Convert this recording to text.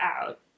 out